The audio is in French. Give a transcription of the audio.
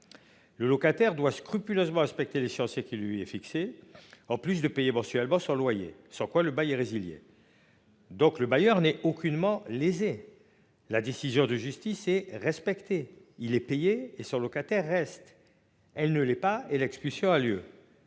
Le locataire doit scrupuleusement respecter l'échéancier qui lui est fixé, en plus de payer mensuellement sur loyer sur quoi le bail résilié. Donc le bailleur n'est aucunement lésés. La décision de justice est respecté. Il est payé et sur locataire reste elle ne l'est pas et la discussion a lieu.